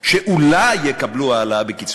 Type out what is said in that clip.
ואולי יקבלו העלאה בקצבתם.